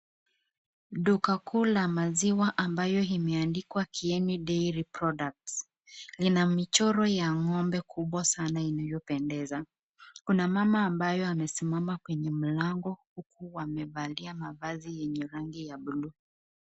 Duka kuu ya maziwa ambayo imeandikwa Kieni Dairy Products. Lina michoro ya ng'ombe kubwa sana iliopendeza. Kuna mama ambayo amesimama kwenye mlango uku wamevalia mavazi yenye rangi ya buluu.